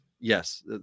yes